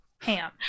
ham